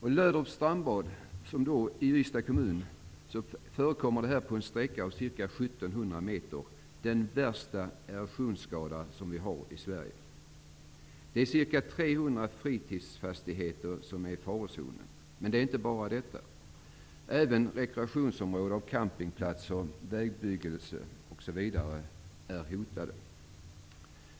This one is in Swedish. I Löderups strandbad i Ystads kommun finns -- på en sträcka av ca 1 700 m -- den värsta erosionsskada som vi har i Sverige. Det är ca 300 fritidsfastigheter som är i farozonen. Men det är inte bara det. Även rekreationsområden, campingplatser, vägbyggen osv. är hotade.